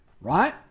right